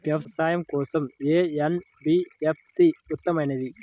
వ్యాపారం కోసం ఏ ఎన్.బీ.ఎఫ్.సి ఉత్తమమైనది?